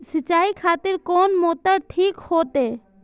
सीचाई खातिर कोन मोटर ठीक होते?